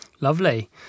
lovely